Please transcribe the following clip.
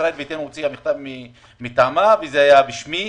ישראל ביתנו הוציאה מכתב מטעמה וזה היה רשמי,